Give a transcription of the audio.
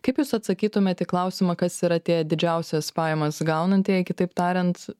kaip jūs atsakytumėt į klausimą kas yra tie didžiausias pajamas gaunantieji kitaip tariant